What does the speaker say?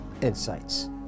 insights